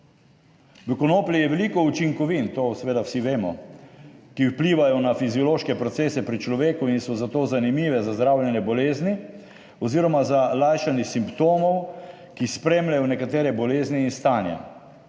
"V konoplji je veliko učinkovin, to seveda vsi vemo, ki vplivajo na fiziološke procese pri človeku in so zato zanimive za zdravljenje bolezni oziroma za lajšanje simptomov, ki spremljajo nekatere bolezni in stanja.